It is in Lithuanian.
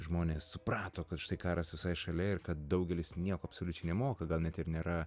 žmonės suprato kad štai karas visai šalia ir kad daugelis nieko absoliučiai nemoka gal net ir nėra